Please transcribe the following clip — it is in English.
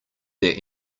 there